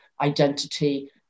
identity